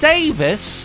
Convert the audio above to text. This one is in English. Davis